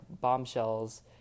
bombshells